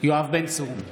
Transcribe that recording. יואב בן צור,